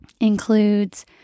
includes